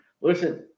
listen